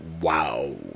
Wow